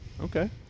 Okay